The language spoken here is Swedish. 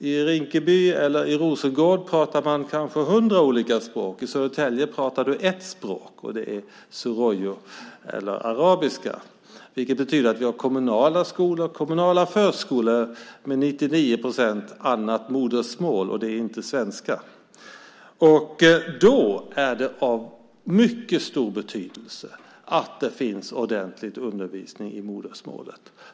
I Rinkeby och Rosengård talas det kanske hundra olika språk. I Södertälje talas ett språk, och det är suroyo , arabiska. Det betyder att vi har kommunala skolor och kommunala förskolor där det till 99 procent talas ett annat modersmål än svenska. Då är det av mycket stor betydelse att det finns en ordentlig undervisning i modersmålet.